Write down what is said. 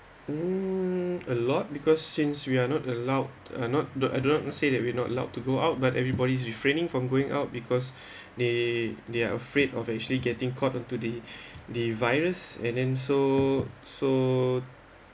mm a lot because since we are not allowed uh not I not say that we're not allowed to go out but everybody's refraining from going out because they they are afraid of actually getting caught onto the the virus and then so so